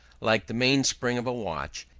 like the mainspring of a watch,